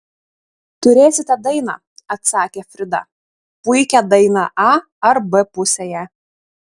turėsite dainą atsakė frida puikią dainą a ar b pusėje